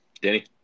Danny